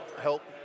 help